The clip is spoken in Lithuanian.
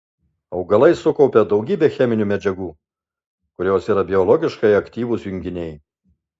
augalai sukaupia daugybę cheminių medžiagų kurios yra biologiškai aktyvūs junginiai